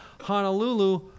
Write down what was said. Honolulu